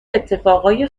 اتفاقای